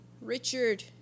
Richard